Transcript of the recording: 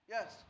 Yes